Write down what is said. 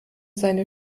seine